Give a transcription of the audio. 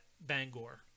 Bangor